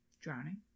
drowning